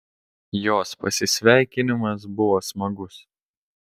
jos pasisveikinimas buvo smagus